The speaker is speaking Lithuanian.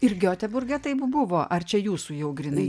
ir gioteburge taip buvo ar čia jūsų jau grynai